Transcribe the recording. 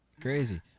crazy